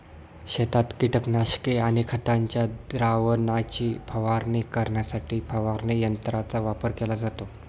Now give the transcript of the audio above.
शेतात कीटकनाशके आणि खतांच्या द्रावणाची फवारणी करण्यासाठी फवारणी यंत्रांचा वापर केला जातो